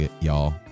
y'all